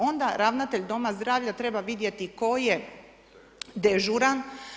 Onda ravnatelj doma zdravlja treba vidjeti tko je dežuran.